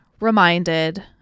reminded